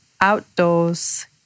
outdoors